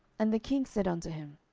and the king said unto him,